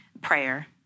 prayer